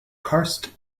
karst